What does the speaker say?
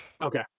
Okay